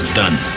done